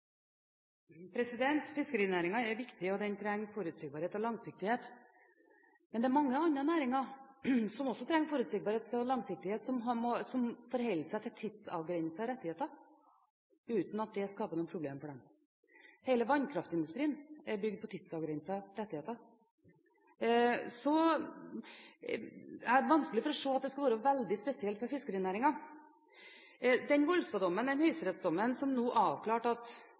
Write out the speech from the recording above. viktig, og den trenger forutsigbarhet og langsiktighet. Men det er mange andre næringer som også trenger forutsigbarhet og langsiktighet, som forholder seg til tidsavgrensede rettigheter uten at det skaper noen problemer for dem. Hele vannkraftindustrien er bygd på tidsavgrensede rettigheter. Så jeg har vanskelig for å se at det skal være veldig spesielt for fiskerinæringen. I etterkant av den høyesterettsdommen – Volstad-dommen – som avklarte at